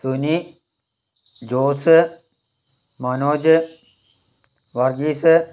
Suni Jose Manoj Varghese